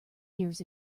years